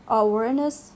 awareness